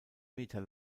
meter